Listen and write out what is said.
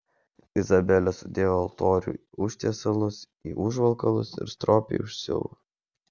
izabelė sudėjo altorių užtiesalus į užvalkalus ir stropiai užsiuvo